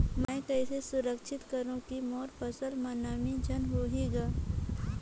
मैं कइसे सुरक्षित करो की मोर फसल म नमी झन होही ग?